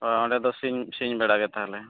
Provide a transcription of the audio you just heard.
ᱦᱚᱭ ᱦᱚᱭ ᱚᱸᱰᱮ ᱫᱚ ᱥᱤᱧ ᱥᱤᱧ ᱵᱮᱲᱟᱜᱮ ᱛᱟᱦᱞᱮ